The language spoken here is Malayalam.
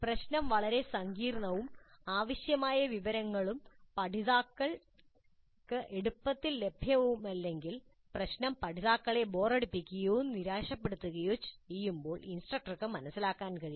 പ്രശ്നം വളരെ സങ്കീർണ്ണവും ആവശ്യമായ വിവരങ്ങളും പഠിതാക്കൾക്ക് എളുപ്പത്തിൽ ലഭ്യവുമല്ലെങ്കിൽ പ്രശ്നം പഠിതാക്കളെ ബോറടിപ്പിക്കുകയോ നിരാശപ്പെടുത്തുകയോ ചെയ്യുമ്പോൾ ഇൻസ്ട്രക്ടർക്ക് മനസ്സിലാക്കാൻ കഴിയണം